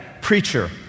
preacher